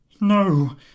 No